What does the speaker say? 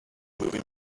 moving